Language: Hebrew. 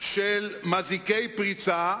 של מזעיקי פריצה,